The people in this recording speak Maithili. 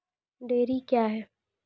डेयरी क्या हैं?